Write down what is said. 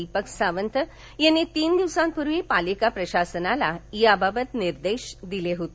दीपक सावंत यांनी तीन दिवसांपूर्वी पालिका प्रशासनाला याबाबत निर्देश दिले होते